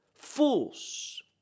fools